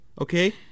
Okay